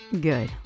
good